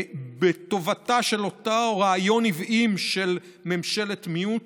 בזכותו של אותו רעיון עוועים של ממשלת מיעוט,